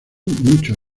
mucho